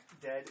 Dead